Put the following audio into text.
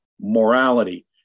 morality